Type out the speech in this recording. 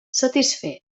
satisfer